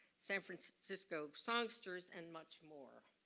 san francisco songsters and much more.